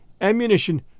ammunition